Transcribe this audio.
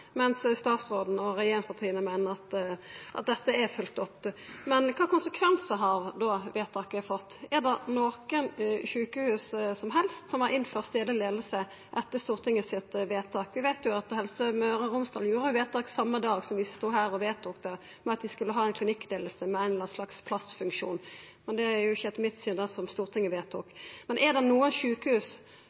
regjeringspartia meiner at dette er følgt opp. Kva konsekvensar har vedtaket fått? Er det nokon sjukehus som helst som har innført stadleg leiing etter Stortingets vedtak? Vi veit at Helse Møre og Romsdal gjorde vedtak same dag som vi vedtok det, med at dei skulle ha ei klinikkleiing med ein eller annan slags plassfunksjon. Men det er jo ikkje etter mitt syn det som Stortinget vedtok. Men er det nokon sjukehus